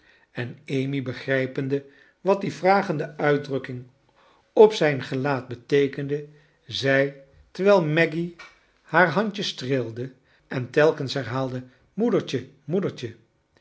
en amy begrijpende wat die vragende uitdrukking op zijn geiaat beteekende zei terwijl maggy haar handje streelde en telkens herhaalde moedertje moedertje